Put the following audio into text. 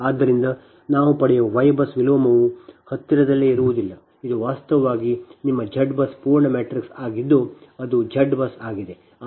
ಆದ್ದರಿಂದ ನಾವು ಪಡೆಯುವ Y BUS ವಿಲೋಮವು ಹತ್ತಿರದಲ್ಲಿಯೇ ಇರುವುದಿಲ್ಲ ಮತ್ತು ಇದು ವಾಸ್ತವವಾಗಿ ನಿಮ್ಮ Z BUS ಪೂರ್ಣ ಮ್ಯಾಟ್ರಿಕ್ಸ್ ಆಗಿದ್ದು ಅದು Z BUS ಆಗಿದೆ